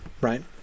right